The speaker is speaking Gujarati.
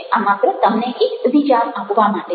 આ માત્ર તમને એક વિચાર આપવા માટે છે